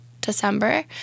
December